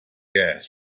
gas